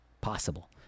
possible